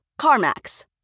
CarMax